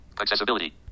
Accessibility